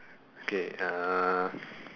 okay uh